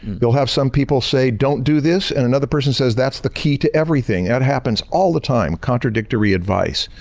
they'll have some people say, don't do this, and another person says, that's the key to everything. that happens all the time. contradictory advice.